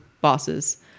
bosses